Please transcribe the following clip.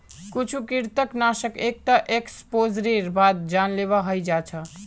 कुछु कृंतकनाशक एक एक्सपोजरेर बाद जानलेवा हय जा छ